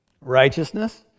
righteousness